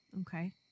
okay